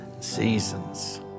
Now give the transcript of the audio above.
seasons